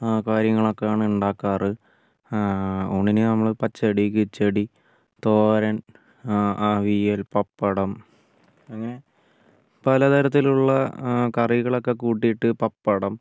ആ കാര്യങ്ങളൊക്കെയാണ് ഉണ്ടാക്കാർ ഊണിന് നമ്മൾ പച്ചടി കിച്ചടി തോരൻ അ അവിയൽ പപ്പടം പല തരത്തിലുള്ള കറികളൊക്കെ കൂട്ടീട്ട് പപ്പടം